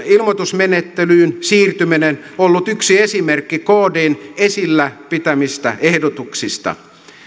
ilmoitusmenettelyyn siirtyminen on ollut yksi esimerkki kdn esillä pitämistä ehdotuksista